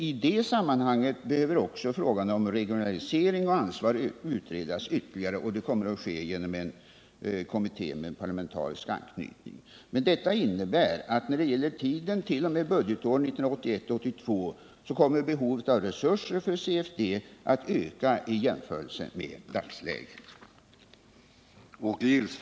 I det sammanhanget behöver också frågan om regionalisering och ansvar utredas ytterligare, och det kommer att ske genom en kommitté med parlamentarisk anknytning. Men detta innebär att när det gäller tiden t.o.m. budgetåret 1981/82 kommer behovet av resurser för CFD att öka i jämförelse med dagsläget.